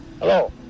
Hello